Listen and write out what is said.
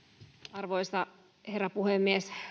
arvoisa herra puhemies